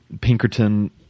Pinkerton